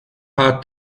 paar